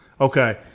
Okay